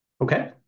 Okay